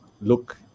look